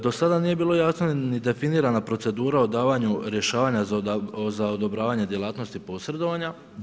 Do sada nije bilo jasno ni definirana procedura o davanju rješavanja za odobravanje djelatnosti posredovanja.